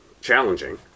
challenging